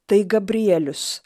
tai gabrielius